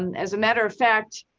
and as a matter of fact,